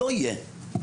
לא יהיה.